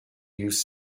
used